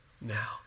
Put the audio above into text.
now